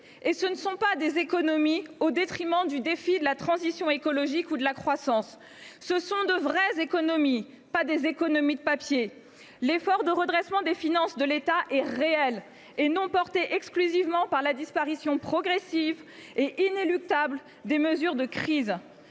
ne se feront pas au détriment du défi de la transition écologique ou de la croissance. Ce sont de vraies économies, pas des économies de papier. L’effort de redressement des finances de l’État est réel, et non porté exclusivement par la disparition progressive et inéluctable des mesures de crise.